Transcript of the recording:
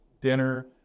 dinner